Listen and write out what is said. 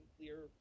clear